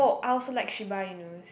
I also like shiba inu